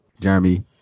Jeremy